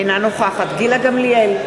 אינה נוכחת גילה גמליאל,